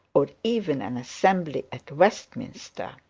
or even an assembly at westminster.